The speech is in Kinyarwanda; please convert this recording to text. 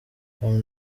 com